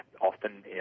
often